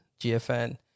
GFN